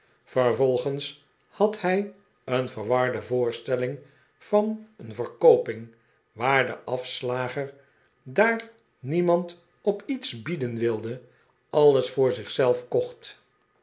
volgens had hij een verwarde voorstelling van een verkooping waar de afslager daar niemand op iets bieden wilde alles voor zich zelf